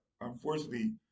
unfortunately